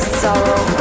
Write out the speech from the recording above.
sorrow